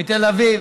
מתל אביב